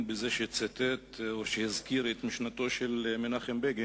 בזה שציטט או הזכיר את משנתו של מנחם בגין.